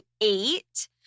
eight